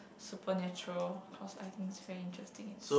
supernatural because I think strangest thing it's